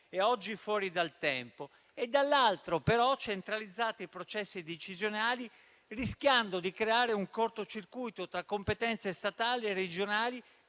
e oggi fuori dal tempo; dall'altro lato, però, centralizzate i processi decisionali rischiando di creare un cortocircuito tra competenze statali e regionali,